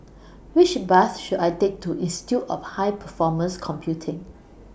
Which Bus should I Take to Institute of High Performance Computing